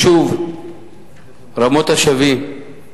רק שיביא להם את